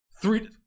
three